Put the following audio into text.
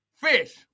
fish